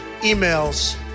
emails